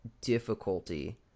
difficulty